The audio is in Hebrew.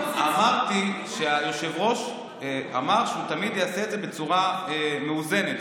אמרתי שהיושב-ראש אמר שהוא תמיד יעשה את זה בצורה מאוזנת.